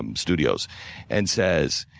um studios and says,